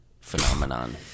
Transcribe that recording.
phenomenon